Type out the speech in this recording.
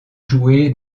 joué